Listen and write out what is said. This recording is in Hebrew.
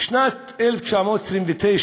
בשנת 1929